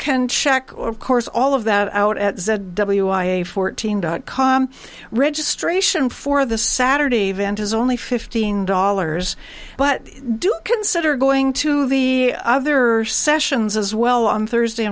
can check of course all of that out at a w i a fourteen dot com registration for the saturday event is only fifteen dollars but do consider going to the other sections as well on thursday